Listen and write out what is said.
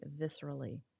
viscerally